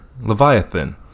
Leviathan